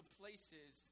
places